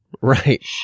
Right